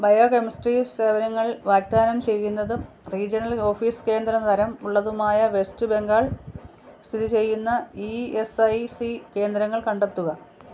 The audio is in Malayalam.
ബയോകെമിസ്ട്രി സേവനങ്ങൾ വാഗ്ദാനം ചെയ്യുന്നതും റീജിയണൽ ഓഫീസ് കേന്ദ്ര തരം ഉള്ളതുമായ വെസ്റ്റ് ബംഗാൾ സ്ഥിതി ചെയ്യുന്ന ഇ എസ് ഐ സി കേന്ദ്രങ്ങൾ കണ്ടെത്തുക